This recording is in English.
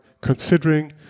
considering